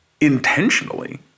intentionally